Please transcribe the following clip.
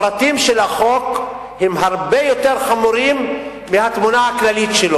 הפרטים של החוק הם הרבה יותר חמורים מהתמונה הכללית שלו.